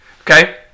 Okay